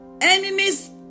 Enemies